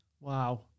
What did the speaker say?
Wow